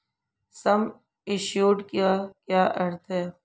सम assured का क्या अर्थ है?